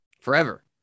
forever